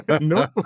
No